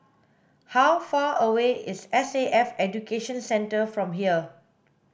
how far away is S A F Education Centre from here